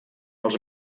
als